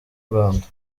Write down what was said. rwanda